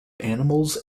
animals